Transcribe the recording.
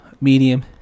medium